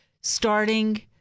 starting